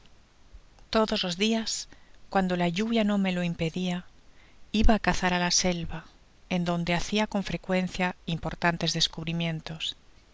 todos los dias cuando la lluvia no me lo impedia iba a cazar á la selva en donde hacia con frecuencia importantes descubrimientos